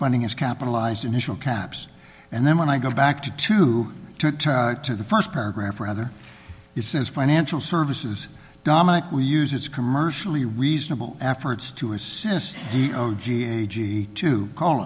funding as capitalized initial caps and then when i go back to two to the first paragraph or other it says financial services dominic we use it's commercially reasonable efforts to assist the o g a g to call